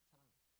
time